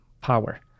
Power